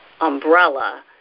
Umbrella